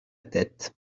tête